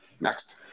Next